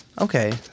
Okay